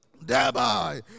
thereby